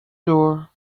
door